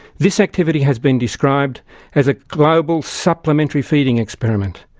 this activity has been described as a global supplementary feeding experiment.